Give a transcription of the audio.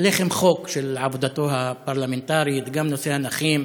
לחם החוק שלו בעבודתו הפרלמנטרית: גם נושא הנכים,